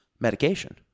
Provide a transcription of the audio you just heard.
medication